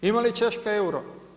Ima li Češka euro?